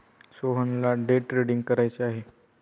सोहनला day trading करायचे आहे